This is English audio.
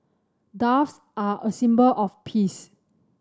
doves are a symbol of peace